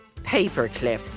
paperclip